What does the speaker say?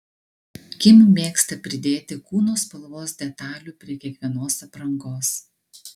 kim mėgsta pridėti kūno spalvos detalių prie kiekvienos aprangos